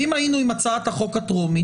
ואם היינו עם הצעת החוק הטרומית,